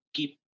keep